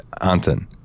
Anton